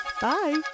bye